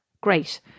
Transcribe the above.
Great